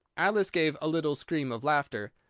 alice gave a little scream of laughter.